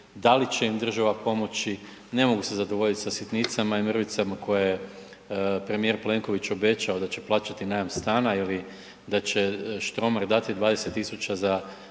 da li će im država pomoći, ne mogu se zadovoljiti sa sitnicama i mrvicama koje premijer Plenković obećao da će plaćati najam stana ili da Štromar dati 20.000 za